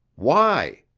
why.